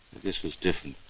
this was different.